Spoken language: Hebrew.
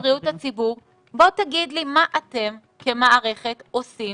בוא תגיד לי מה אתם כמערכת עושים